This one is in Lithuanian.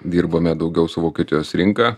dirbame daugiau su vokietijos rinka